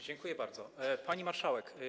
Dziękuję bardzo, pani marszałek.